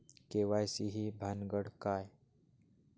KYC ही भानगड काय?